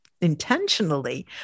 intentionally